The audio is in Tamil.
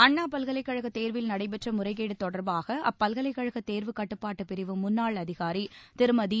அண்ணா பல்கலைக் கழகத் தேர்வில் நடைபெற்ற முறைகேடு தொடர்பாக அப்பல்கலைக் கழக் தேர்வுக் கட்டுப்பாட்டுப் பிரிவு முன்னாள் அதிகாரி திருமதி ஜி